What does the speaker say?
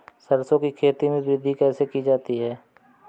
सरसो की खेती में वृद्धि कैसे की जाती है?